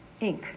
Inc